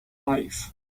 life